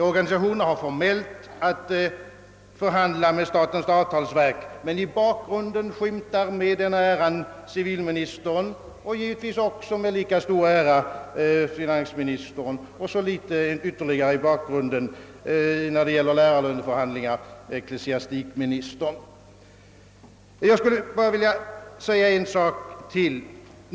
Organisationerna har formellt att förhandla med statens avtalsverk, men i bakgrunden skymtar med den äran civilministern och givetvis med lika stor ära även finansministern samt litet längre bort, när det gäller lärarförhandlingar, ecklesiastikministern. Jag skulle bara vilja anföra en sak till.